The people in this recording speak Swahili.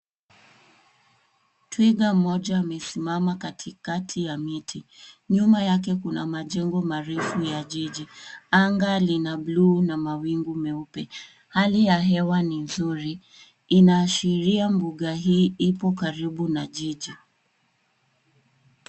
Twiga mmoja amesimama katikati ya miti. Nyuma yake kuna majengo marefu ya jiji. Anga lina bluu na mawingu meupe. Hali ya hewa ni nzuri. Inaashiria mbuga hii ipo karibu na jiji.